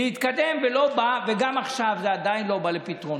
זה התקדם, וגם עכשיו זה עדיין לא בא על פתרונו.